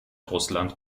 russland